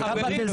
--- חברים,